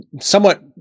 somewhat